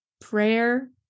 prayer